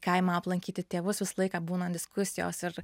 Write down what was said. kaimą aplankyti tėvus visą laiką būna diskusijos ir